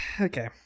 okay